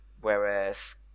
whereas